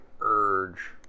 urge